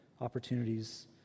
opportunities